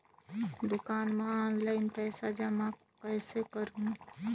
दुकान म ऑनलाइन पइसा जमा कइसे करहु?